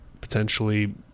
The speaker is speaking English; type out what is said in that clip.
potentially